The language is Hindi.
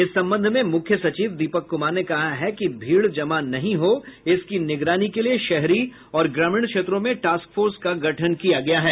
इस संबंध में मुख्य सचिव दीपक कुमार ने कहा है कि भीड़ जमा नहीं हो इसकी निगरानी के लिए शहरी और ग्रामीण क्षेत्रों में टास्क फोर्स का गठन किया गया है